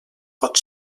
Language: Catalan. pot